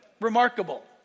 Remarkable